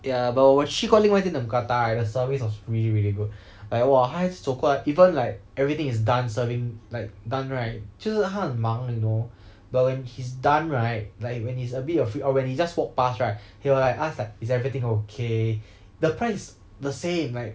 ya but 我去过另外一间的 mookata right the service was really really good like !wah! 他一直走过来 even like everything is done serving like done right 就是他很忙 you know but when he's done right like when he's a bit of oh when he just walk pass right he will like ask like is everything okay the price is the same like